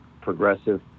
progressive